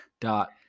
dot